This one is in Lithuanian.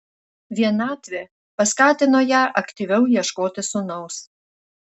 vienatvė paskatino ją aktyviau ieškoti sūnaus